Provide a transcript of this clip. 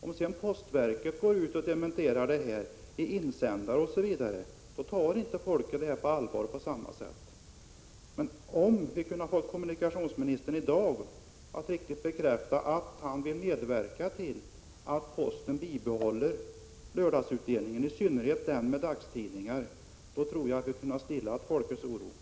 Om sedan postverket går ut och dementerar det hela efter insändare osv., tar inte folk detta på allvar riktigt på samma sätt. Men om vi i dag kunde ha fått kommunikationsministern att verkligen bekräfta att han vill medverka till att posten bibehåller lördagsutdelningen, i synnerhet den som avser dagstidningar, tror jag att vi kunde ha stillat folks oro.